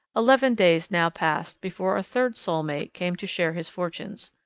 eleven days now passed before a third soul-mate came to share his fortunes.